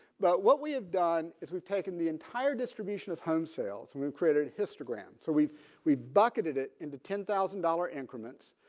but what we have done is we've taken the entire distribution of home sales and we've created histogram so we've we've budgeted it into ten thousand dollar increments.